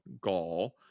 Gaul